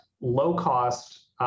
low-cost